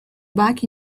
back